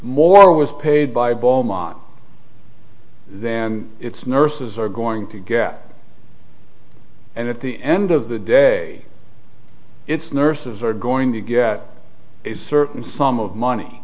more was paid by boma then it's nurses are going to get and at the end of the day it's nurses are going to get a certain sum of money